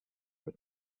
were